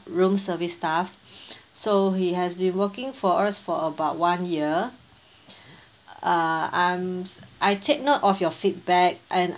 room service staff so he has been working for us for about one year uh um I take note of your feedback and